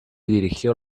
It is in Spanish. dirigió